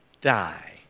die